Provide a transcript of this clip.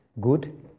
good